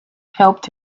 helped